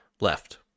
left